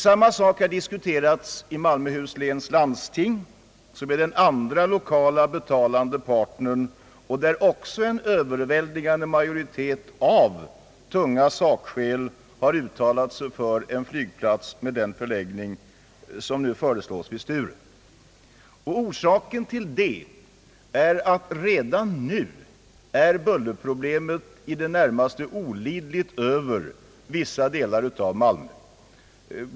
Samma sak har diskuterats i Malmöhus läns landsting, som är den andra lokala, betalande parten. Där har också en övervägande majoritet av tunga sakskäl uttalat sig för den föreslagna förläggningen till Sturup. Redan nu är bullerproblemet i det närmaste olidligt över vissa delar av Malmö.